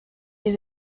ils